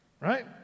Right